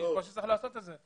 צריך לעשות את זה.